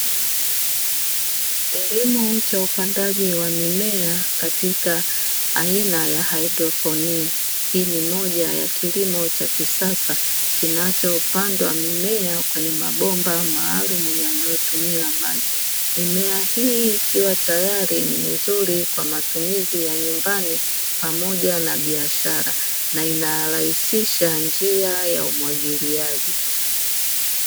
Kilimo cha uapandaji wa mimea katika aina ya haidroponia, hii ni moja ya kilimo cha kisasa kinacho pandwa mimea kwenye mabomba maalumu yanatumia maji. Mimea hii ikiwa tayari ni mzuri kwa matumizi ya nyumbani pamoja na biashara na ina rahisisha njia ya umwagiliaji.